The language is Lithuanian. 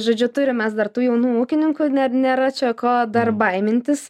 žodžiu turim mes dar tų jaunų ūkininkų net nėra čia ko dar baimintis